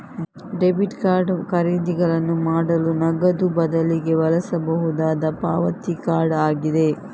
debit card ಖರೀದಿಗಳನ್ನು ಮಾಡಲು ನಗದು ಬದಲಿಗೆ ಬಳಸಬಹುದಾದ ಪಾವತಿ ಕಾರ್ಡ್ ಆಗಿದೆ